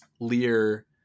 Lear